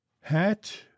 Hat